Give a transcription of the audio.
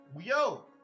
Yo